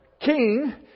king